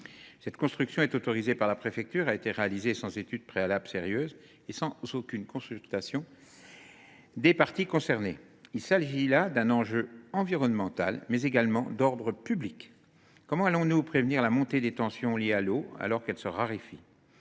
Cette construction, autorisée par la préfecture, a été réalisée sans étude préalable sérieuse et sans aucune consultation des parties concernées. Il s’agit d’une question environnementale, mais également d’ordre public : comment préviendrons nous la montée des tensions liées à l’eau alors que celle ci se raréfie ?